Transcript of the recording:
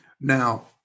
Now